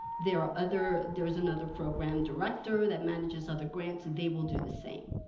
there are other, there's another program director that manages other grants, they will do the same.